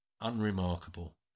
unremarkable